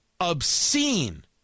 obscene